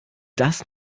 das